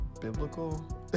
biblical